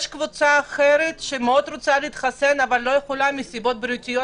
יש קבוצה שמאוד רוצה להתחסן אבל לא יכולה מסיבות בריאותיות,